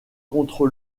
contre